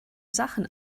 sachen